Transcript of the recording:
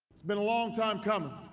it's been a long time comin'